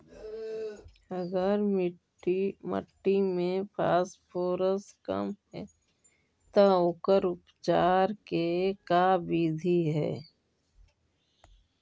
अगर मट्टी में फास्फोरस कम है त ओकर उपचार के का बिधि है?